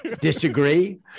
disagree